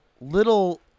little